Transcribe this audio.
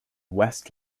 west